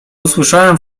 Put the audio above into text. usłyszałem